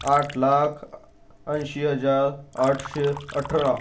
आठ लाख ऐंशी हजार आठशे अठरा